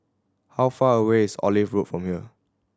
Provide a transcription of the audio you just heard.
how far away is Olive Road from here